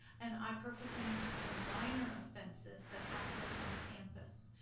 and i perfectly understand the minor offenses that happen on a campus.